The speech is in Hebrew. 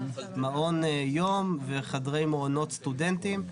מעון יום וחדרי מעונות סטודנטים.